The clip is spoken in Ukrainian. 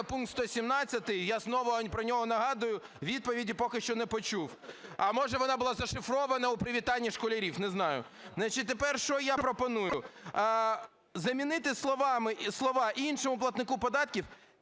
пункт 117, я знову про нього нагадую. Відповіді поки що не почув, а, може, вона була зашифрована у привітанні школярів, не знаю. Значить, тепер що я пропоную. Замінити слова "іншому платнику податків",